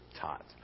taught